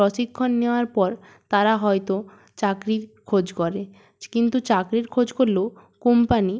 প্রশিক্ষণ নেওয়ার পর তারা হয়তো চাকরির খোঁজ করে কিন্তু চাকরির খোঁজ করলেও কোম্পানি